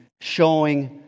showing